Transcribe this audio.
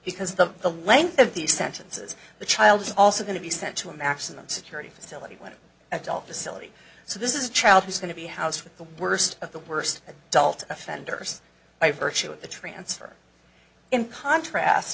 because of the the length of these sentences the child is also going to be sent to a maximum security facility where adult facility so this is a child who's going to be house with the worst of the worst adult offenders by virtue of the transfer in contrast